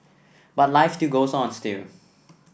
but life to goes on still